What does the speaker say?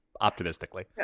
optimistically